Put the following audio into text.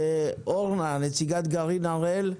אורנה, נציגת גרעין הראל.